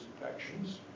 infections